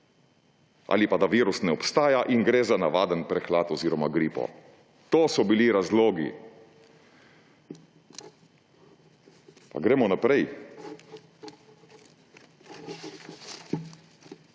ali pa, da virus ne obstaja in gre za navaden prehlad oziroma gripo. To so bili razlogi. Gremo naprej.